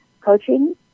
coaching